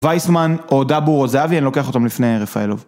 וייסמן, או דאבור, או זהבי, אני לוקח אותם לפני רפאלוף.